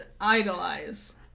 idolize